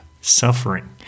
suffering